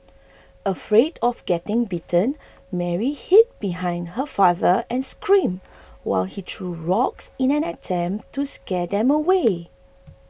afraid of getting bitten Mary hid behind her father and screamed while he threw rocks in an attempt to scare them away